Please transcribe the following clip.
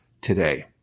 today